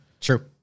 True